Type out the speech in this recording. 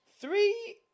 Three